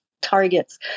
targets